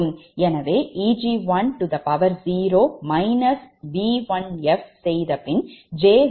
எனவே Eg10 V1f செய்து பின் j0